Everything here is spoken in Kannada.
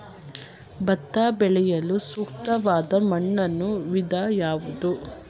ಭತ್ತ ಬೆಳೆಯಲು ಸೂಕ್ತವಾದ ಮಣ್ಣಿನ ವಿಧ ಯಾವುದು?